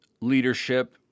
leadership